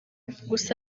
gusa